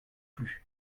plus